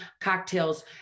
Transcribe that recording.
cocktails